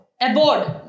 Aboard